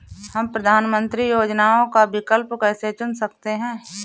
हम प्रधानमंत्री योजनाओं का विकल्प कैसे चुन सकते हैं?